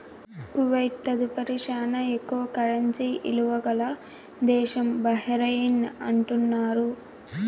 Kuwait తదుపరి శానా ఎక్కువ కరెన్సీ ఇలువ గల దేశం బహ్రెయిన్ అంటున్నారు